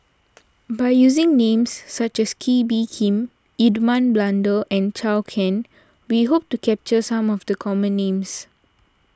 by using names such as Kee Bee Khim Edmund Blundell and Zhou Can we hope to capture some of the common names